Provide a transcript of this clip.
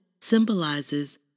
symbolizes